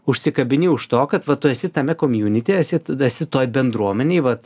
užsikabini už to kad va tu esi tame komiūnity esi esi toj bendruomenėj vat